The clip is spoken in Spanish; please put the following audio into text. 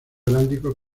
heráldicos